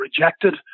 rejected